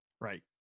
Right